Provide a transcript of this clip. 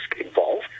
involved